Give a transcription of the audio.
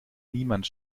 niemand